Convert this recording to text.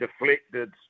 deflected